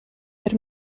per